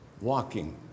Walking